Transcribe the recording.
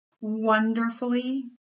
wonderfully